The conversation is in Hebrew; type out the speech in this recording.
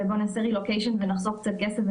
ו"בוא נעשה רילוקיישן ונחסוך קצת כסף".